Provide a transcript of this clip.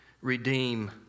redeem